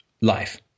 life